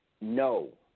No